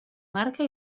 marca